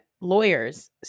lawyers